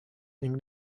ning